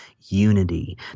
unity